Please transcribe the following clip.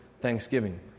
thanksgiving